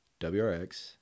WRX